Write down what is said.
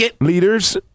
leaders